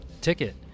ticket